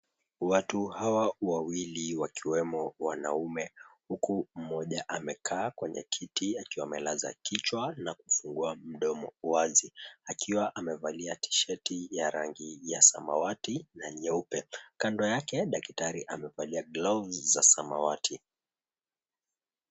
Watu hawa wawili wakiwemo wanaume huku mmoja amekaa kwenye kiti akiwa amelaza kichwa na kufungua mdomo wazi. Akiwa amevalia t-shirt ya rangi ya samawati na nyeupe. Kando yake daktari amevalia gloves za samawati.